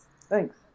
Thanks